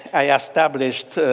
i established